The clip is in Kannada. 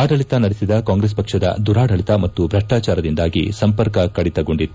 ಆಡಳಿತ ನಡೆಸಿದ ಕಾಂಗ್ರೆಸ್ ಪಕ್ಷದ ದುರಾಡಳಿತ ಮತ್ತು ಭ್ರಷ್ಟಾಚಾರದಿಂದಾಗಿ ಸಂಪರ್ಕ ಕಡಿತಗೊಂಡಿತ್ತು